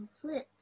complete